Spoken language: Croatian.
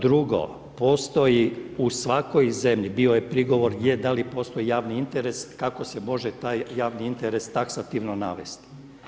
Drugo, postoji u svakoj zemlji, bio je prigovor je da li postoji javni interes, kako se može taj javni interes taksativno navesti.